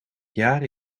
jaar